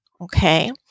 okay